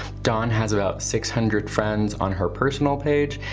dawn has about six hundred friends on her personal page.